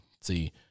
See